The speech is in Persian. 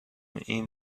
این